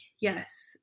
yes